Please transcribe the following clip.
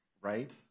right